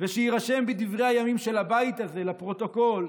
ושיירשם בדברי הימים של הבית הזה, לפרוטוקול,